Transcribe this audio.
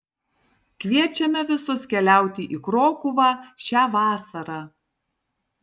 kviečiame visus keliauti į krokuvą šią vasarą